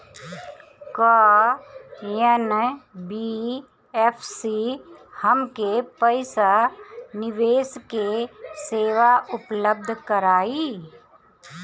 का एन.बी.एफ.सी हमके पईसा निवेश के सेवा उपलब्ध कराई?